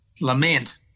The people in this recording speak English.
lament